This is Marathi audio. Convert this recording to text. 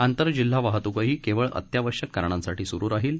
आंतरजिल्हा वाहतूकही केवळ अत्यावश्यक कारणांसाठी सुरु राहील